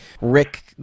Rick